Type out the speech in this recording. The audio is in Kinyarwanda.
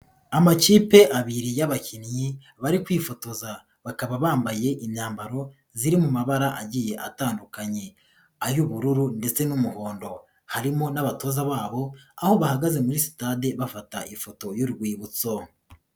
Amakipe abiri y'abakinnyi, bari kwifotoza. Bakaba bambaye imyambaro ziri mu mabara agiye atandukanye. Ay'ubururu ndetse n'umuhondo. Harimo n'abatoza babo, aho bahagaze muri sitade bafata ifoto y'urwibutso.